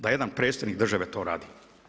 Da jedan predsjednik države to radi?